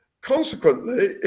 consequently